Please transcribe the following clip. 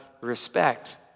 respect